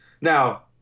Now